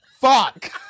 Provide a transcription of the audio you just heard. Fuck